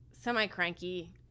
semi-cranky